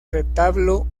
retablo